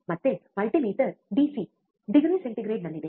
ಮತ್ತೆ multimeter DC degree ಸೆಂಟಿಗ್ರೇಡ್ನಲ್ಲಿದೆ